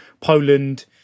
Poland